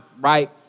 right